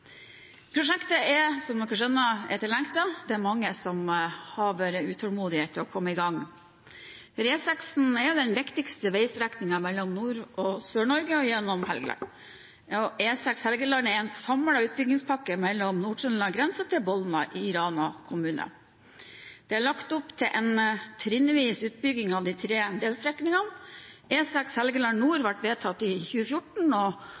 Prosjektet er, som dere skjønner, etterlengtet. Det er mange som har vært utålmodige etter å komme i gang. E6 er den viktigste veistrekningen mellom Nord-Norge og Sør-Norge og gjennom Helgeland. E6 Helgeland er en samlet utbyggingspakke mellom Nord-Trøndelag grense og Bolna i Rana kommune. Det er lagt opp til en trinnvis utbygging av de tre delstrekningene. E6 Helgeland nord ble vedtatt i 2014,